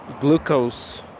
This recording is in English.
glucose